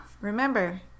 remember